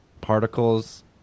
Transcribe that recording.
particles